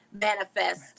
Manifest